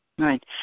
Right